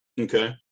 Okay